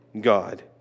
God